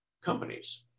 companies